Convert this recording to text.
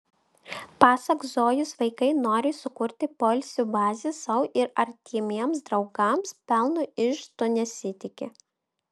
pasak zojos vaikai nori sukurti poilsio bazę sau ir artimiems draugams pelno iš to nesitiki